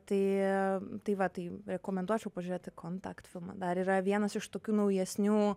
tai tai va tai rekomenduočiau pažiūrėti contact filmą dar yra vienas iš tokių naujesnių